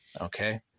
Okay